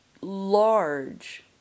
large